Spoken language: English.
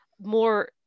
More